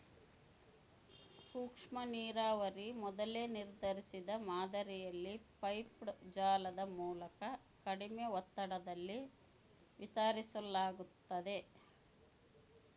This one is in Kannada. ಸೂಕ್ಷ್ಮನೀರಾವರಿ ಮೊದಲೇ ನಿರ್ಧರಿಸಿದ ಮಾದರಿಯಲ್ಲಿ ಪೈಪ್ಡ್ ಜಾಲದ ಮೂಲಕ ಕಡಿಮೆ ಒತ್ತಡದಲ್ಲಿ ವಿತರಿಸಲಾಗ್ತತೆ